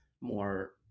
more